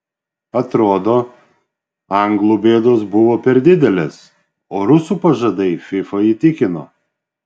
atrodo anglų bėdos buvo per didelės o rusų pažadai fifa įtikino